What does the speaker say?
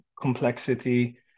complexity